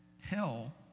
hell